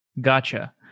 Gotcha